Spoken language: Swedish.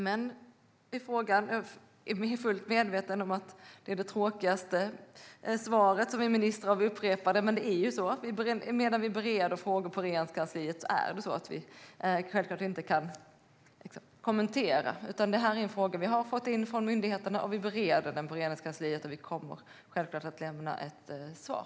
Jag är fullt medveten om att det är det tråkigaste svaret vi ministrar upprepar, men medan vi bereder frågor i Regeringskansliet är det självklart så att vi inte kan kommentera. Detta är en fråga vi har fått in från myndigheterna, och vi bereder den i Regeringskansliet. Vi kommer självklart att lämna ett svar.